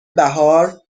بهار